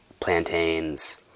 plantains